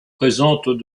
présentent